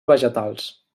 vegetals